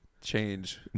change